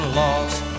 lost